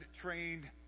trained